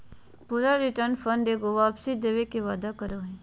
पूरा return fund एगो वापसी देवे के वादा करो हइ